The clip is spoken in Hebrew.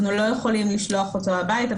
אנחנו לא יכולים לשלוח אותו הביתה,